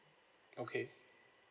okay